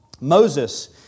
Moses